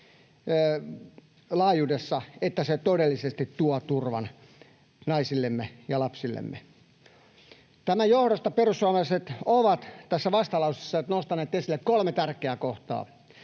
laajuudessa, että se todellisesti tuo turvan naisillemme ja lapsillemme. Tämän johdosta perussuomalaiset ovat tässä vastalauseessa nostaneet esille kolme tärkeää kohtaa,